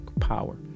power